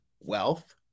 wealth